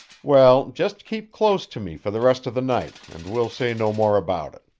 well, just keep close to me for the rest of the night, and we'll say no more about it.